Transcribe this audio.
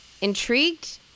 intrigued